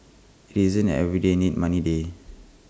IT is an everyday need money day